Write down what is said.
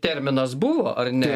terminas buvo ar ne